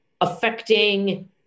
affecting